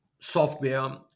Software